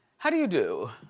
how do you do?